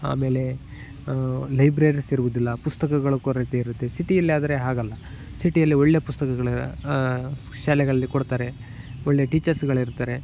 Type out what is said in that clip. ಆಮೇಲೆ ಲೈಬ್ರರಿಸ್ ಇರುವುದಿಲ್ಲ ಪುಸ್ತಕಗಳ ಕೊರತೆ ಇರತ್ತೆ ಸಿಟಿಯಲ್ಲಾದರೆ ಹಾಗಲ್ಲ ಸಿಟಿಯಲ್ಲಿ ಒಳ್ಳೆಯ ಪುಸ್ತಕಗಳು ಶಾಲೆಗಳಲ್ಲಿ ಕೊಡ್ತಾರೆ ಒಳ್ಳೆಯ ಟೀಚರ್ಸ್ಗಳಿರ್ತಾರೆ